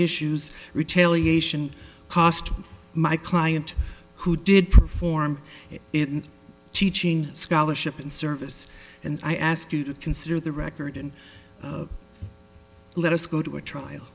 issues retail ie asian cost my client who did perform it and teaching scholarship and service and i ask you to consider the record and let us go to a trial